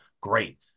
great